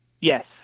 Yes